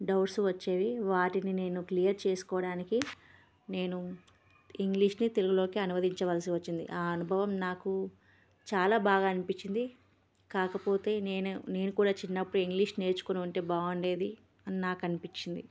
doubts వచ్చేవి వాటిని నేను క్లియర్ చేసుకోవడానికి నేను ఇంగ్లీష్ని తెలుగులోకి అనువదించవలసి వచ్చింది ఆ అనుభవం నాకు చాలా బాగా అనిపించింది కాకపోతే నేను నేను కూడా చిన్నప్పుడు ఇంగ్లీష్ నేర్చుకుని ఉంటే బాగుండేది అని నాకు అనిపించింది